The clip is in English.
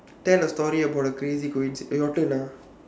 tell a story about a crazy coinci~ your turn ah